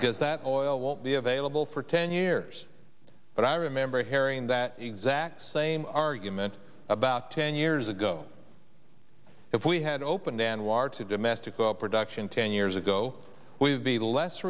because that oil won't be available for ten years but i remember hearing that exact same argument about ten years ago if we had opened anwar domestic oil production ten years ago we'd be less